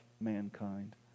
mankind